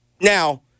Now